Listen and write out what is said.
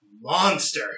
monster